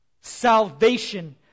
salvation